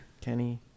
Kenny